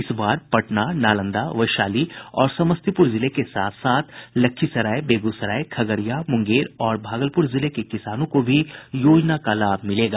इस बार पटना नालंदा वैशाली और समस्तीपुर जिले के साथ साथ लखीसराय बेगूसराय खगड़िया मुंगेर और भागलपुर जिले के किसानों को भी योजना का लाभ होगा